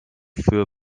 für